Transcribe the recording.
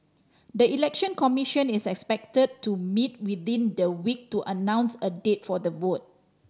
the Election Commission is expected to meet within the week to announce a date for the vote